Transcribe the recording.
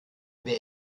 wer